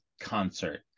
concert